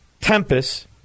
Tempest